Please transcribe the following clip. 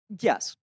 Yes